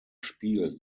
spielt